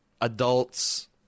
adults